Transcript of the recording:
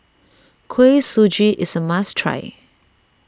Kuih Suji is a must try